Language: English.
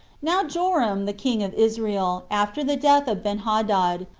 now joram, the king of israel, after the death of benhadad,